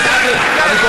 אני אמרתי,